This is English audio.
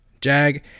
Jag